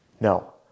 no